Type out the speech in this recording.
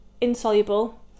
insoluble